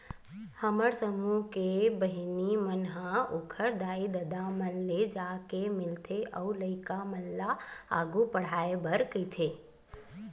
हमर समूह के बहिनी मन ह ओखर दाई ददा मन ले जाके मिलथे अउ लइका मन ल आघु पड़हाय बर कहिथे